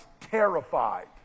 terrified